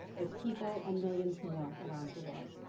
its people, and millions more around the world.